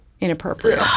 inappropriate